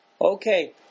Okay